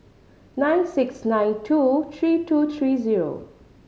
nine six nine two three two three zero